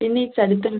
പിന്നെ ഈ ചരിത്രം